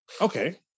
Okay